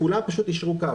וכולם יישרו קו.